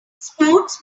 sports